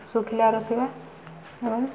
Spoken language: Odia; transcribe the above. ଶୁଖିଲା ରଖିବା ଏବଂ